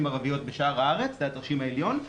ערביות בשאר הארץ שזה התרשים העליון,